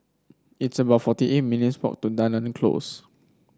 it's about forty eight minutes' walk to Dunearn Close